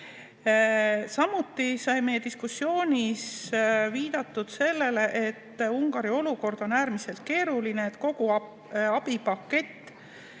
Samuti sai meie diskussioonis viidatud sellele, et Ungari olukord on äärmiselt keeruline, et kogu abipakett